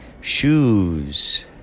Shoes